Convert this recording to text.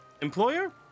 Employer